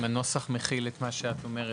אם הנוסח מכיל את מה שאת אומרת,